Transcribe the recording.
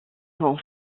sont